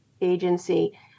Agency